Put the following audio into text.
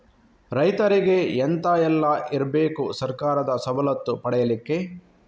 ರೈತರಿಗೆ ಎಂತ ಎಲ್ಲ ಇರ್ಬೇಕು ಸರ್ಕಾರದ ಸವಲತ್ತು ಪಡೆಯಲಿಕ್ಕೆ?